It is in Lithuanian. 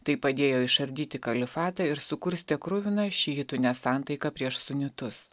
tai padėjo išardyti kalifatą ir sukurstė kruviną šiitų nesantaiką prieš sunitus